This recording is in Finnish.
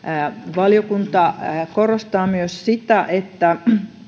valiokunta korostaa myös sitä että